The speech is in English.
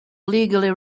legally